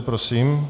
Prosím.